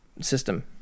system